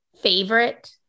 favorite